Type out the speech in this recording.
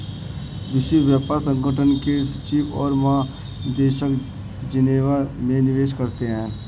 विश्व व्यापार संगठन के सचिव और महानिदेशक जेनेवा में निवास करते हैं